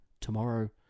tomorrow